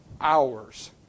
hours